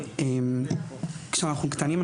כשאנחנו קטנים,